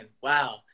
Wow